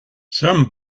some